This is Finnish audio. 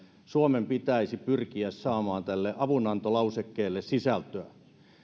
suomen pitäisi pyrkiä saamaan tälle avunantolausekkeelle sisältöä